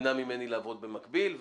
ימנע ממני לעבוד במקביל.